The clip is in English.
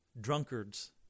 drunkards